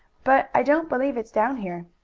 but i don't believe it's down here.